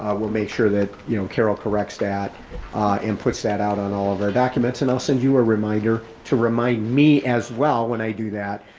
ah we'll make sure that you know carol correct that and puts that out on all of our documents, and i'll send you a reminder to remind me as well when i do that,